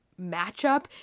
matchup